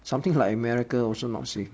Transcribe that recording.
something like america also not safe